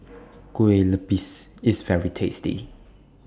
Kue Lupis IS very tasty